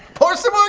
pour some um